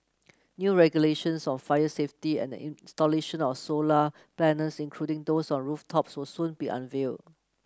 new regulations on fire safety and the installation of solar panels including those on rooftops will soon be unveil